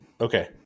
Okay